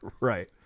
right